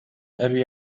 أبي